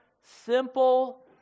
simple